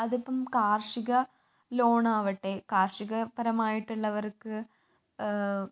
അതിപ്പം കാർഷിക ലോൺ ആവട്ടെ കാർഷികപരമായിട്ടുള്ളവർക്ക്